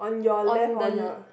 on the